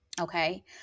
okay